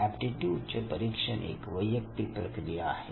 aptitude चे परीक्षण एक वैयक्तिक प्रक्रिया आहे